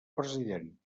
president